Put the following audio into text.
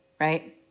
Right